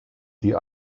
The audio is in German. die